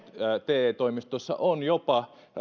te toimistossa on jopa